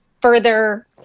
further